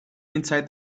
inside